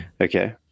Okay